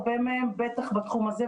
הרבה מהם בטח בתחום הזה,